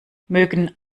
mögen